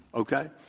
okay.